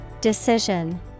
Decision